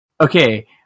Okay